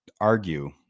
argue